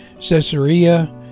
Caesarea